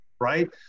right